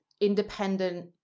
independent